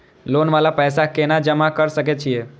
Loan वाला पैसा केना जमा कर सके छीये?